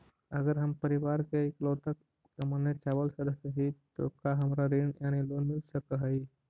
अगर हम परिवार के इकलौता कमाने चावल सदस्य ही तो का हमरा ऋण यानी लोन मिल सक हई?